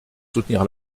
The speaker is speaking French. soutenir